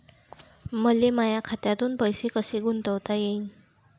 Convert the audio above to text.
मले माया खात्यातून पैसे कसे गुंतवता येईन?